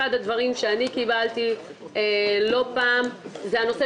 אחד הדברים שאני קיבלתי לא פעם הוא בנושא